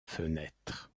fenêtre